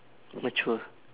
mature